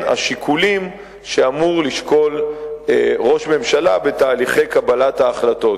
השיקולים שאמור לשקול ראש ממשלה בתהליכי קבלת ההחלטות.